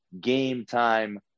game-time